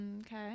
Okay